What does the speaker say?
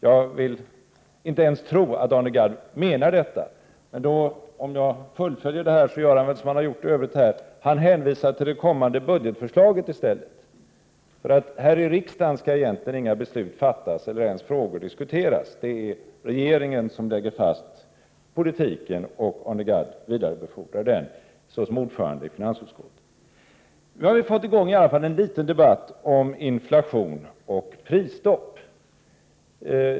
Jag vill inte tro att ens Arne Gadd menar detta. Men han kan ju alltid göra som han gjort i övrigt: hänvisa i stället till det kommande budgetförslaget. Här i riksdagen skall egentligen inga beslut fattas eller ens frågor diskuteras — det är regeringen som lägger fast politiken, och såsom ordförande i finansutskottet vidarebefordrar Arne Gadd förslagen. Nu har vi i alla fall fått i gång en liten debatt om inflation och prisstopp.